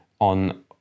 on